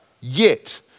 yet